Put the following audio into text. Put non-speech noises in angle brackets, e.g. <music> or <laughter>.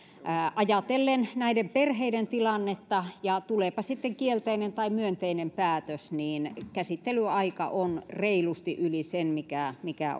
ajatellen näiden perheiden tilannetta tuleepa sitten kielteinen tai myönteinen päätös käsittelyaika on reilusti yli sen mikä mikä <unintelligible>